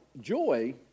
joy